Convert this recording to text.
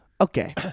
Okay